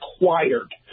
required